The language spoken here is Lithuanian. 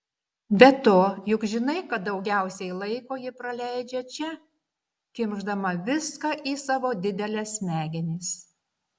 be to juk žinai kad daugiausiai laiko ji praleidžia čia kimšdama viską į savo dideles smegenis